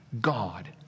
God